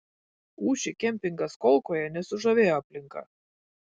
ūši kempingas kolkoje nesužavėjo aplinka